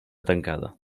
tancada